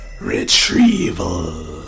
retrieval